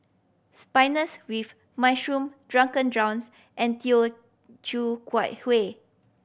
Spinals with mushroom drunken and teochew Kuat Hueh